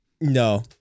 no